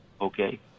okay